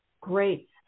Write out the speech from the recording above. Great